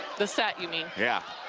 the set you mean? yeah.